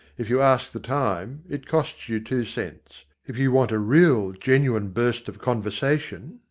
if you ask the time, it costs you two cents. if you want a real genuine burst of conversation,